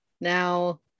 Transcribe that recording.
Now